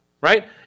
right